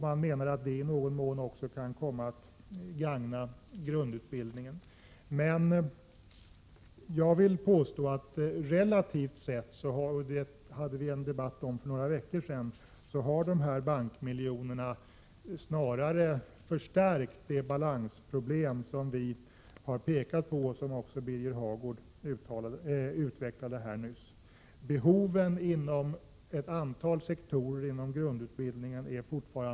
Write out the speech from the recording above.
Man menar att det i någon mån också kan komma att gagna grundutbildningen. Jag vill emellertid påstå att dessa bankmiljoner snarare har förstärkt de balansproblem vi har pekat på. Vi förde en debatt om detta för några veckor sedan, och Birger Hagård utvecklade också den saken här tidigare. Behoven är fortfarande mycket stora inom ett antal sektorer inom grundutbildningen.